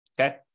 Okay